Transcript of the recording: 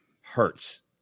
hurts